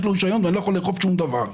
יש לו רישיון ואני לא יכול לאכוף שום דבר.